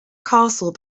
castle